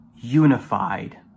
unified